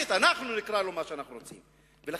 הוא לא ממלא תפקיד ממלכתי, וג.